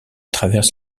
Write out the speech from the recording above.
traverse